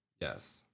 Yes